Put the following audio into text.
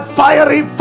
fiery